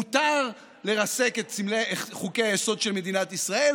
מותר לרסק את חוקי-היסוד של מדינת ישראל,